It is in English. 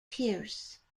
pierce